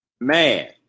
Man